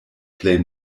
plej